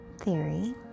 theory